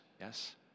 yes